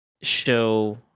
show